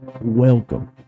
Welcome